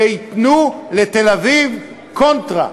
שייתנו לתל-אביב קונטרה.